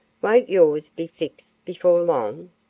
won't yours be fixed before long?